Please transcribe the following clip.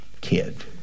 kid